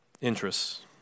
interests